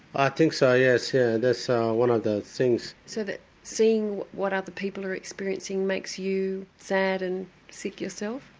i think so, yes, yeah it's so one of the things. so that seeing what other people are experiencing makes you sad and sick yourself?